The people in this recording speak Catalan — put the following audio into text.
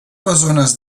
bessones